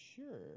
Sure